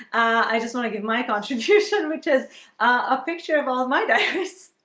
i just want to give my contribution which is a picture of all my deafness.